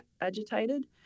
agitated